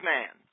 Man